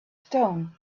stone